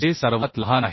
जे सर्वात लहान आहे